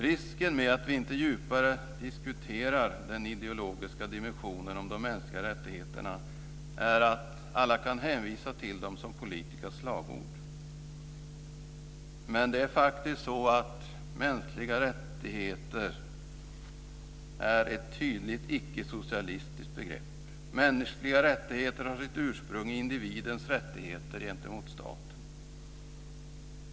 Risken med att vi inte djupare diskuterar den ideologiska dimensionen om de mänskliga rättigheterna är att alla kan hänvisa till dem som politiska slagord. Men det är faktiskt så att mänskliga rättigheter är ett tydligt icke-socialistiskt begrepp. Mänskliga rättigheter har sitt ursprung i individens rättigheter gentemot staten.